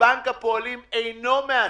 ובנק הפועלים אינו מאשר,